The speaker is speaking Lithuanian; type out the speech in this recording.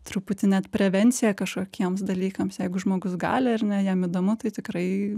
truputį net prevencija kažkokiems dalykams jeigu žmogus gali ar ne jam įdomu tai tikrai